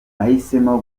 nahisemo